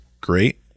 great